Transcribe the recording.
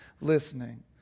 listening